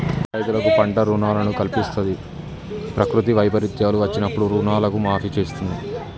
రైతులకు పంట రుణాలను కల్పిస్తంది, ప్రకృతి వైపరీత్యాలు వచ్చినప్పుడు రుణాలను మాఫీ చేస్తుంది